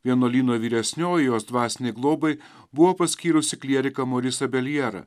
vienuolyno vyresnioji jos dvasinei globai buvo paskyrusi klieriką morisą beljerą